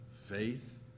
faith